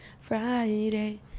Friday